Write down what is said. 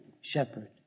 shepherd